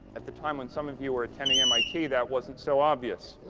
at the time when some of you were attending mit, that wasn't so obvious.